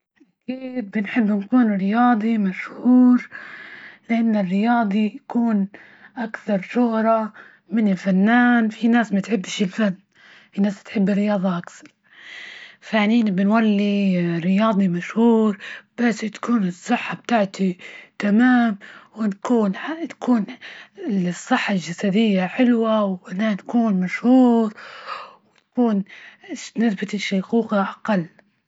أكيد بنحب نكون رياضي مشهور، لإن الرياضي يكون أكثر شهرة من الفنان، في ناس ما تحبش الفن، في ناس تحب الرياظة أكثر ،ثانيا بنولي رياظي مشهور بس تكون الصحة بتاعتي تمام وتكون -تكون الصحة الجسدية حلوة، وإنها تكون مشهور ،وتكون نسبة الشيخوخة أقل.